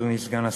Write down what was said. אדוני סגן השר,